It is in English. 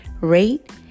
rate